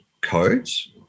codes